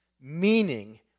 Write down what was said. meaning